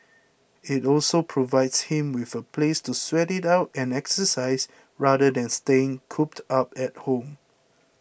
it also provides him with a place to sweat it out and exercise rather than staying cooped up at home